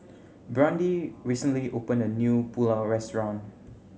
Brandi recently opened a new Pulao Restaurant